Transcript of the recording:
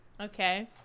okay